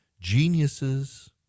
Geniuses